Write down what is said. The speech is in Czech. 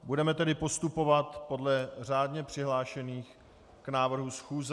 Budeme tedy postupovat podle řádně přihlášených k návrhu schůze.